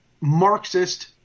marxist